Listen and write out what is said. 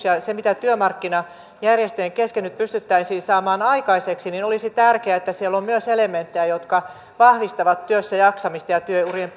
ja se mitä työmarkkinajärjestöjen kesken nyt pystyttäisiin saamaan aikaiseksi olisi tärkeää ja se että siellä on myös elementtejä jotka vahvistavat työssäjaksamista ja työurien